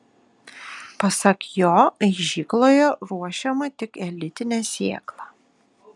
pasak jo aižykloje ruošiama tik elitinė sėkla